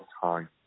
time